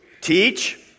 Teach